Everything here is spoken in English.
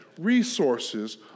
resources